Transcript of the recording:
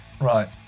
Right